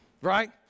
right